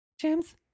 James